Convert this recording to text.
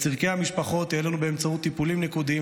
את צורכי המשפחות העלינו באמצעות טיפולים נקודתיים